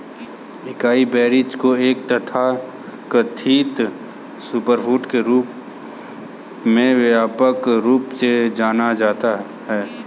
acai berries को एक तथाकथित सुपरफूड के रूप में व्यापक रूप से जाना जाता है